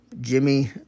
Jimmy